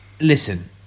Listen